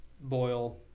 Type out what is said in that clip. boil